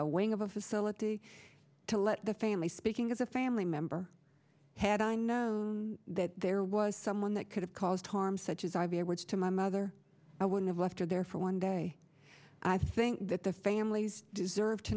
a wing of a facility to let the family speaking as a family member had i know that there was someone that could have caused harm such as ivy or words to my mother i would have left her there for one day i think that the families deserve to